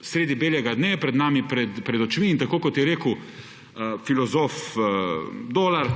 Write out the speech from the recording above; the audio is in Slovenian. sredi belega dne, pred nami pred očmi in tako kot je rekel filozof Dolar,